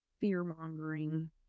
fear-mongering